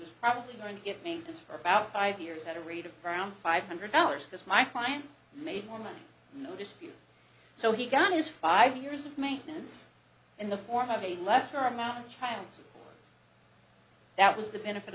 was probably going to get me this for about five years at a rate of around five hundred dollars this my client made more money no dispute so he got his five years of maintenance in the form of a lesser amount of time that was the benefit